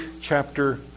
chapter